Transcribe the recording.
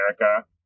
America